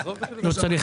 חילופי שלטון.